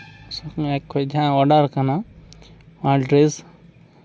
shopping app ᱠᱷᱚᱱ ᱡᱟᱦᱟᱸ order ᱠᱟᱱᱟ ᱚᱱᱟ ᱰᱨᱮᱹᱥ